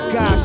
God